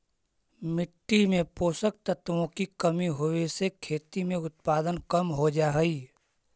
मिट्टी में पोषक तत्वों की कमी होवे से खेती में उत्पादन कम हो जा हई